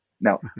Now